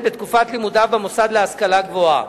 בתקופת לימודיו במוסד להשכלה גבוהה.